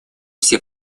все